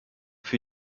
für